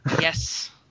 Yes